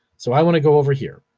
so i wanna go over here.